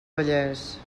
vallès